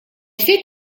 fait